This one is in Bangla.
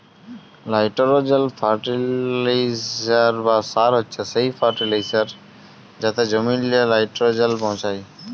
লাইটোরোজেল ফার্টিলিসার বা সার হছে সেই ফার্টিলিসার যাতে জমিললে লাইটোরোজেল পৌঁছায়